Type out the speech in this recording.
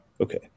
Okay